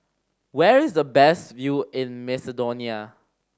where is the best view in Macedonia